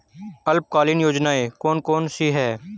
अल्पकालीन योजनाएं कौन कौन सी हैं?